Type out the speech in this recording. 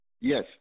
Yes